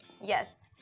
yes